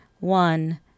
one